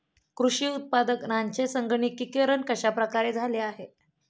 कृषी उत्पादनांचे संगणकीकरण कश्या प्रकारे झाले आहे?